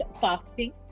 fasting